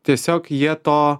tiesiog jie to